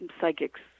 psychics